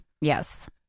yes